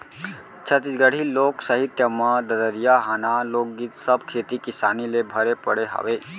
छत्तीसगढ़ी लोक साहित्य म ददरिया, हाना, लोकगीत सब खेती किसानी ले भरे पड़े हावय